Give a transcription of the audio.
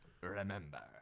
remember